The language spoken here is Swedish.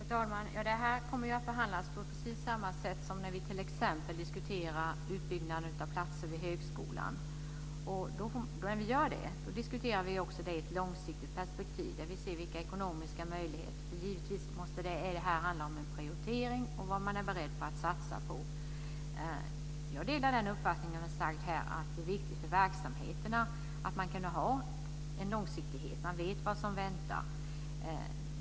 Fru talman! Det här kommer att behandlas på precis samma sätt som när vi t.ex. diskuterar utbyggnaden av platser vid högskolan. Då diskuterar vi frågan i ett långsiktigt perspektiv där vi ser på de ekonomiska möjligheterna. Givetvis handlar det om en prioritering och vad man är beredd att satsa på. Jag delar uppfattningen att det är viktigt för verksamheterna att ha en långsiktighet, att man vet vad som väntar.